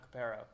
Caparo